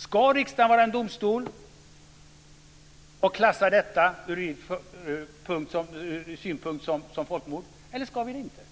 Ska vi i riksdagen vara en domstol och klassa detta som folkmord eller ska vi det inte?